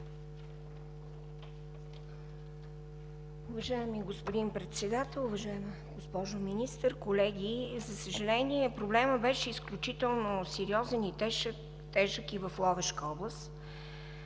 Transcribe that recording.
Уважаеми господин Председател, колеги! Уважаема госпожо Министър, за съжаление, проблемът беше изключително сериозен, тежък и в Ловешка област,